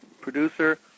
producer